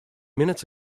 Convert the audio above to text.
minutes